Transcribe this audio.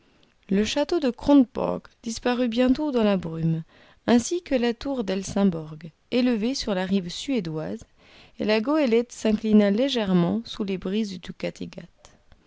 le château de krongborg disparut bientôt dans la brume ainsi que la tour d'helsinborg élevée sur la rive suédoise et la goélette s'inclina légèrement sous les brises du